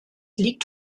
liegt